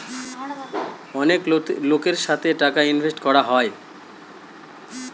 অনেক লোকের সাথে টাকা ইনভেস্ট করা হয়